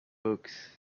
books